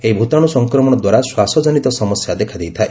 ଏହି ଭୂତାଣୁ ସଂକ୍ରମଣ ଦ୍ୱାରା ଶ୍ୱାସ ଜନିତ ସମସ୍ୟା ଦେଖାଦେଇଥାଏ